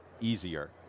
easier